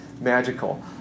magical